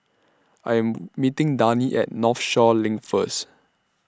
I Am meeting Dani At Northshore LINK First